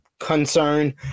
concern